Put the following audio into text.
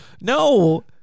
No